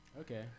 Okay